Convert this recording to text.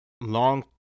long